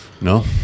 No